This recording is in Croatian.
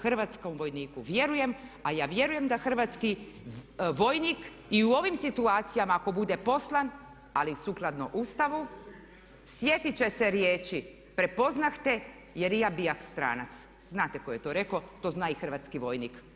Hrvatskom vojniku vjerujem, a ja vjerujem da hrvatski vojnik i u ovim situacijama ako bude poslan, ali sukladno Ustavu, sjetit će se riječi: "Prepoznah te jer i ja bijah stranac." Znate tko je to rekao, to zna i hrvatski vojnik.